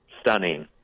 stunning